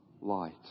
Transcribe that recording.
light